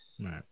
Right